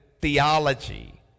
theology